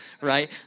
right